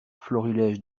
florilège